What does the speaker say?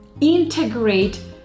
integrate